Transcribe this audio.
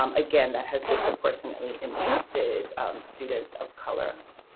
um again, that has disproportionately impacted students of color.